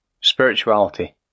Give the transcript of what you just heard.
Spirituality